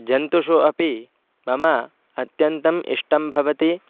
जन्तुषु अपि मम अत्यन्तम् इष्टं भवति